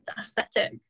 aesthetic